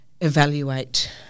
evaluate